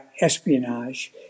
espionage